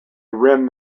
rim